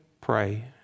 pray